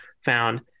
found